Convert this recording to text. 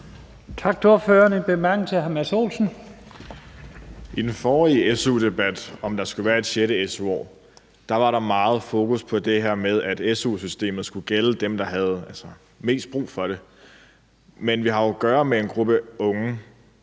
I den forrige su-debat om, om der skal være et sjette su-år, var der meget fokus på det her med, at su-systemet skulle gælde dem, der havde mest brug for det. Men vi har jo at gøre med en gruppe unge,